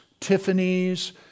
Tiffany's